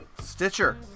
Stitcher